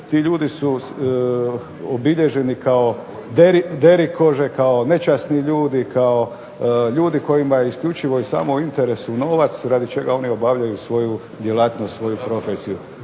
Ti ljudi su obilježeni kao derikože, kao nečasni ljudi, kao ljudi kojima je isključivo i samo u interesu novac, radi čega oni obavljaju svoju djelatnost, svoju profesiju.